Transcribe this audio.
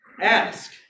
ask